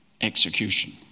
execution